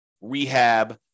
rehab